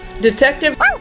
Detective